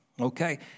okay